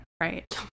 right